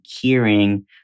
hearing